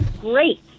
Great